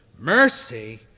Mercy